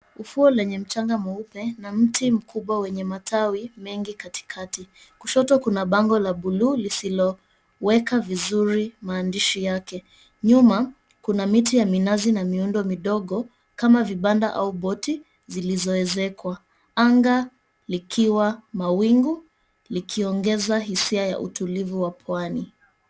Ufuo lenye mchanga mweupe na mti mkubwa wenye matawi mengi katikati. Kushoto kuna bango la buluu lisiloweka vizuri maandishi yake. Nyuma kuna miti ya minazi na miundo midogo kama vibanda au boti zilizoezekwa. Anga likiwa mawingu likiongeza hisia ya utulivu wa pwani.